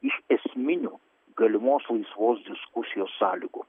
iš esminių galimos laisvos diskusijos sąlygų